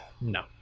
No